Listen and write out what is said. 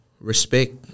respect